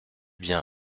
bien